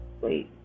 Wait